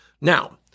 Now